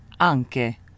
anche